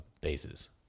bases